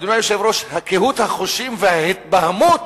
אדוני היושב-ראש, קהות החושים וההתבהמות